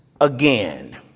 again